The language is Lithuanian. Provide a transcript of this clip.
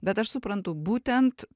bet aš suprantu būtent